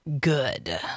good